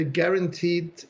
guaranteed